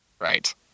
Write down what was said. right